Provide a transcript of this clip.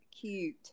cute